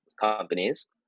companies